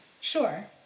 Sure